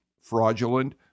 fraudulent